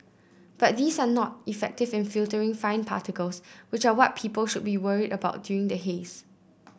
but these are not effective in filtering fine particles which are what people should be worried about during the haze